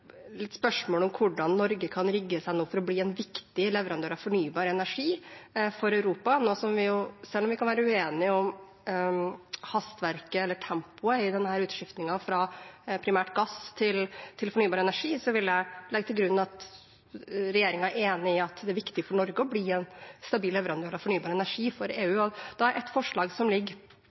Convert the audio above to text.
om hvordan Norge kan rigge seg nå for å bli en viktig leverandør av fornybar energi for Europa. Selv om vi kan være uenige om hastverket eller tempoet i denne utskiftningen fra primært gass til fornybar energi, vil jeg legge til grunn at regjeringen er enig i at det er viktig for Norge å bli en stabil leverandør av fornybar energi til EU. Et av forslagene som ligger på bordet i dag – og som